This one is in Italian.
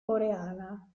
coreana